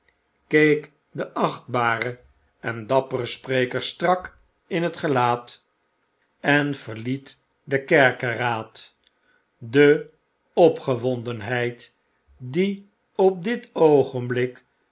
keek den achtbaren en dapperen spreker strak in het gelaat en verliet den kerkeraad de opgewondenheid die op dit oogenblik